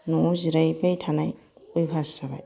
न'आव जिरायबाय थानाय अयभास जाबाय